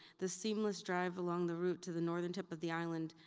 the seamless drive along the route to the northern tip of the island,